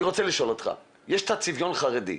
אני רוצה לשאול אותך, יש את הצביון החרדי,